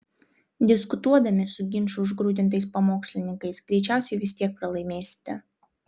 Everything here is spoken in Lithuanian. diskutuodami su ginčų užgrūdintais pamokslininkais greičiausiai vis tiek pralaimėsite